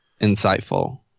insightful